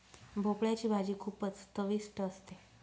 भोपळयाची भाजी खूपच चविष्ट असते